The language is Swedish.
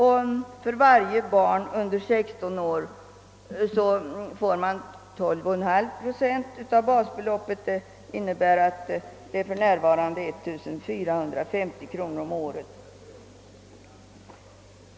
Om den studerande har vårdnaden om barn under 16 år kan dessutom ett barntillägg på 12,5 procent av basbeloppet utgå per termin, för närvarande 1450 kronor om året.